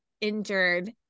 injured